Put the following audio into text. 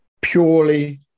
Purely